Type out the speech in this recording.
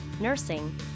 nursing